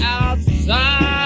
outside